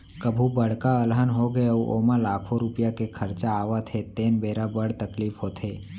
कभू बड़का अलहन होगे अउ ओमा लाखों रूपिया के खरचा आवत हे तेन बेरा बड़ तकलीफ होथे